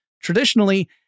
Traditionally